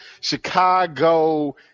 Chicago